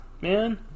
Man